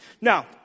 Now